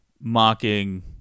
mocking